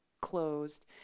closed